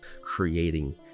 creating